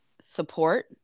support